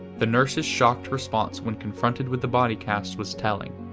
the nurse's shocked response when confronted with the body cast was telling.